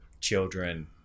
children